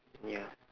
ya